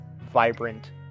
vibrant